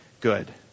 good